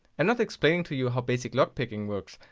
and not explaining to you how basic lockpicking works,